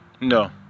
No